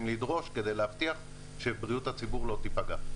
לדרוש כדי להבטיח שבריאות הציבור לא תיפגע.